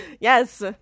Yes